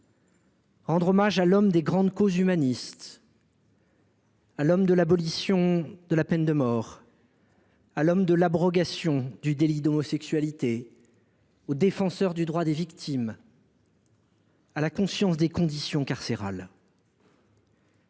rendre hommage à l’homme des grandes causes humanistes, à l’homme de l’abolition de la peine de mort, à l’homme de l’abrogation du délit d’homosexualité, au défenseur du droit des victimes, à la conscience des conditions carcérales.